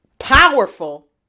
powerful